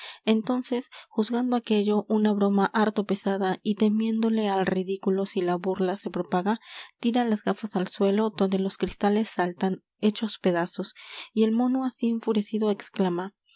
entonces juzgando aquello una broma harto pesada y temiéndole al ridículo si la burla se propaga tira las gafas al suelo donde los cristales saltan hechos pedazos y el mono asi enfurecido exclama